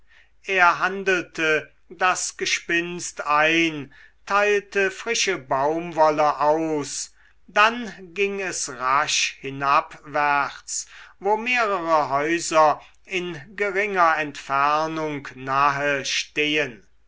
er handelte das gespinst ein teilte frische baumwolle aus dann ging es rasch hinabwärts wo mehrere häuser in geringer entfernung nahe stehen